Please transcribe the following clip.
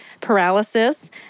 paralysis